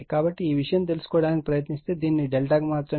కాబట్టి ఈ విషయం తెలుసుకోవడానికి ప్రయత్నిస్తే దీన్ని ∆ కి మార్చండి